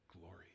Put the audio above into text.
glory